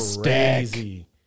crazy